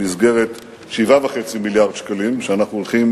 במסגרת 7.5 מיליארד שקלים שאנחנו הולכים